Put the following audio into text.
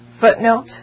footnote